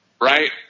Right